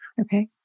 Okay